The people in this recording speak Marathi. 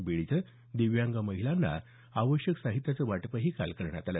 बीड इथं दिव्यांग महिलांना आवश्यक साहित्याचं वाटपही करण्यात आलं